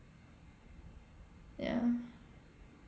ya